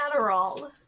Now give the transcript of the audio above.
Adderall